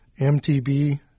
MTB